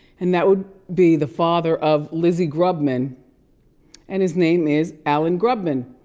and that would be the father of lizzie grubman and his name is alan grubman.